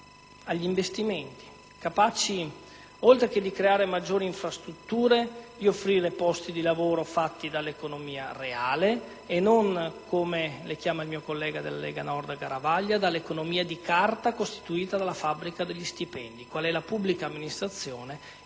agli investimenti, capaci, oltre che di realizzare maggiori infrastrutture, di offrire posti di lavoro creati dall'economia reale e non - come dice il mio collega della Lega Nord Garavaglia - dall'economia di carta costituita dalla fabbrica degli stipendi, qual è la pubblica amministrazione